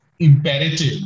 Imperative